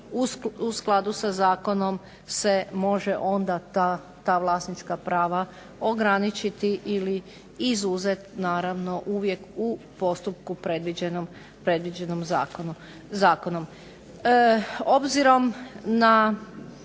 u skladu sa zakonom se može onda ta vlasnička prava ograničiti ili izuzeti naravno uvijek u postupku predviđenim zakonom.